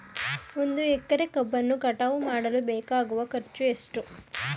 ಒಂದು ಎಕರೆ ಕಬ್ಬನ್ನು ಕಟಾವು ಮಾಡಲು ಬೇಕಾಗುವ ಖರ್ಚು ಎಷ್ಟು?